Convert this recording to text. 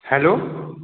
hello